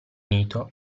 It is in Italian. unito